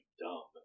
dumb